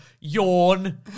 Yawn